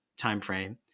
timeframe